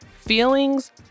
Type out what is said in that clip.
feelings